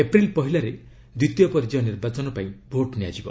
April ପହିଲାରେ ଦ୍ୱିତୀୟ ପର୍ଯ୍ୟାୟ ନିର୍ବାଚନ ପାଇଁ ଭୋଟ୍ ନିଆଯିବ